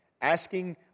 asking